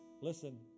listen